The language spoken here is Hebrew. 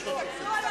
האלה,